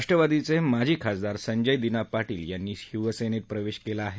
राष्ट्रवादीचे माजी खासदार संजय दिना पाटील यांनी शिवसेनेत प्रवेश केला आहे